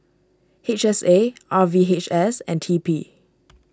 H S A R V H S and T P